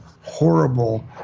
horrible